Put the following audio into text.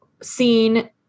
seen